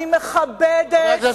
אני מכבדת כל אחד